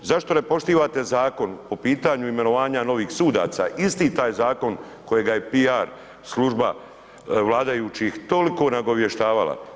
Zašto ne poštivate zakon po pitanju imenovanja novih sudaca, isti taj zakon kojega je PR služba vladajućih toliko nagovještavala?